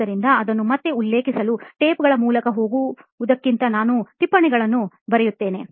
ಆದ್ದರಿಂದ ಅದನ್ನು ಮತ್ತೆ ಉಲ್ಲೇಖಿಸಲು ಟೇಪ್ಗಳ ಮೂಲಕ ಹೋಗುವುದಕ್ಕಿಂತ ನನ್ನ ಟಿಪ್ಪಣಿಗಳನ್ನು ನಾನು ಬಯಸುತ್ತೇನೆ